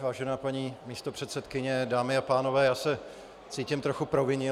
Vážená paní místopředsedkyně, dámy a pánové, já se cítím trochu provinile.